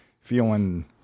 feeling